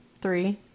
three